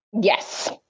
Yes